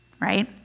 right